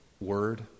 word